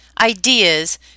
ideas